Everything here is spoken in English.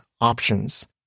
options